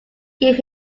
gave